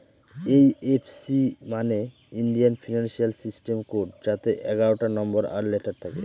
IFC মানে Indian financial system code যাতে এগারোটা নম্বর আর লেটার থাকে